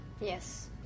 Yes